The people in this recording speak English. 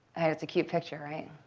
it's a cute picture, right?